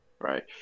right